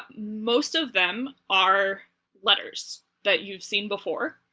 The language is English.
most of them are letters that you've seen before,